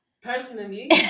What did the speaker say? personally